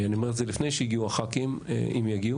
אני אומר את זה לפני שהגיעו הח"כים, אם יגיעו.